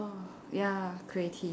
ya creative